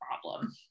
problem